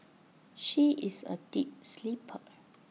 she is A deep sleeper